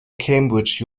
cambridge